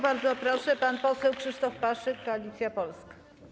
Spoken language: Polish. Bardzo proszę, pan poseł Krzysztof Paszyk, Koalicja Polska.